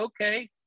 okay